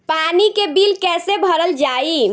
पानी के बिल कैसे भरल जाइ?